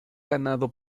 ganado